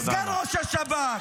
סגן ראש השב"כ,